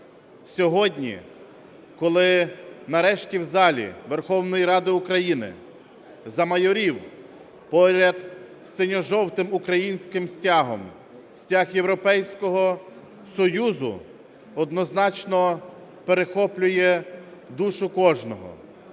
Сьогодні, коли нарешті в залі Верховної Ради України замайорів поряд з синьо-жовтим українським стягом стяг Європейського Союзу, однозначно перехоплює душу кожного.